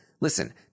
listen